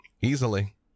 Easily